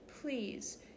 Please